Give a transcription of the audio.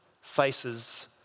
faces